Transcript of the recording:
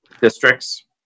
districts